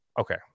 Okay